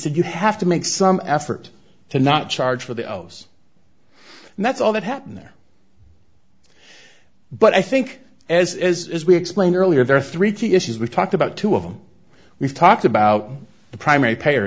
said you have to make some effort to not charge for those and that's all that happen there but i think as is as we explained earlier there are three key issues we talked about two of them we've talked about the primary pay